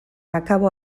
akabo